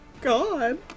god